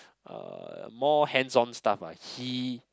uh more hands on stuff lah he